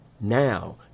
now